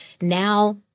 now –